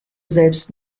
selbst